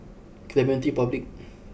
Clementi Public